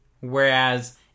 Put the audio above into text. whereas